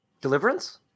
deliverance